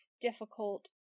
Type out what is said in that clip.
difficult